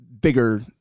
bigger